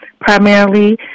primarily